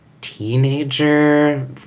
teenager